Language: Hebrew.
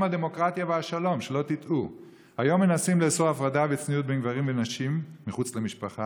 ביום הזה, בראש חודש, ממש היום.